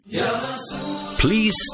Please